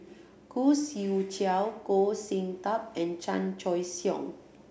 Khoo Swee Chiow Goh Sin Tub and Chan Choy Siong